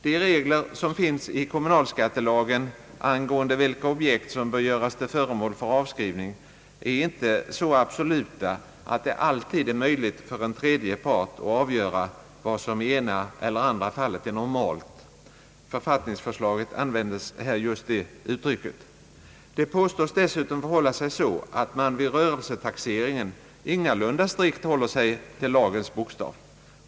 De regler som finns i kommunalskattelagen angående vilka objekt som bör vara föremål för avskrivning är inte så absoluta, att det alltid är möjligt för en tredje part att avgöra vad som i det ena eller andra fallet är normalt. I författningsförslaget användes just det uttrycket. Det påstås dessutom förhålla sig så att man vid rörelsetaxeringen ingalunda strikt håller sig till lagens bokstav.